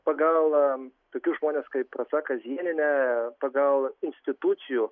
pagal tokius žmones kaip rasa kazienėnė pagal institucijų